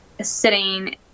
sitting